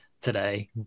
today